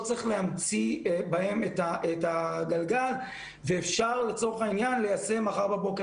צריך להמציא בהם את הגלגל ואפשר לצורך העניין ליישם מחר בבוקר.